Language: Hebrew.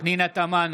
פנינה תמנו,